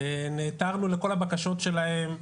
נעתרנו לכל הבקשות שלהם,